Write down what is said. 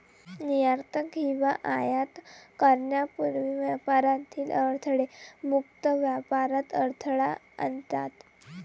निर्यात किंवा आयात करण्यापूर्वी व्यापारातील अडथळे मुक्त व्यापारात अडथळा आणतात